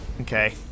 Okay